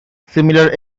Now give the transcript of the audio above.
similar